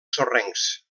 sorrencs